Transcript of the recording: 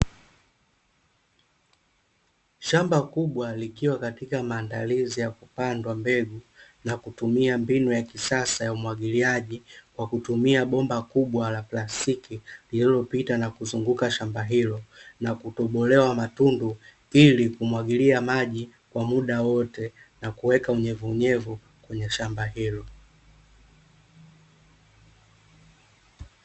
Shamba kubwa likiwa katika maandalizi ya kupandwa mbegu, na kutumia mbinu ya kisasa ya umwagiliaji, kwa kutumia bomba kubwa la plastiki lililopita na kuzunguka shamba hilo, na kutobolewa matundu ili kumwagilia maji kwa muda wote, na kuweka unyevu unyevu kwenye shamba hilo.